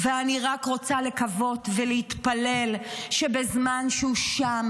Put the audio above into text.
ואני רק רוצה לקוות ולהתפלל שבזמן שהוא שם